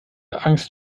angst